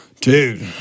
dude